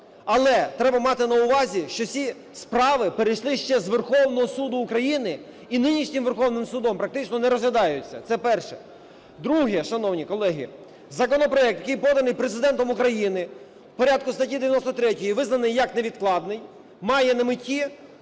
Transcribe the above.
Але, треба мати на увазі, що всі справи перейшли ще з Верховного Суду України і нинішнім Верховним Судом практично не розглядаються, це перше. Друге, шановні колеги, законопроект, який поданий Президентом України в порядку статті 93, визнаний як невідкладний, має на меті